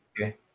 Okay